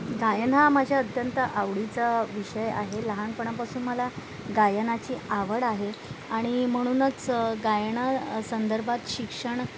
गायन हा माझ्या अत्यंत आवडीचा विषय आहे लहानपणापासून मला गायनाची आवड आहे आणि म्हणूनच गायना संदर्भात शिक्षण